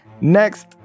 Next